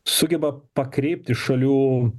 sugeba pakreipti šalių